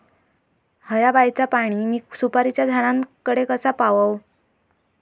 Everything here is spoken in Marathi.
हया बायचा पाणी मी सुपारीच्या झाडान कडे कसा पावाव?